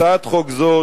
הצעת חוק זו,